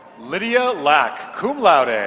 lydia lac, cum laude and